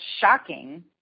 shocking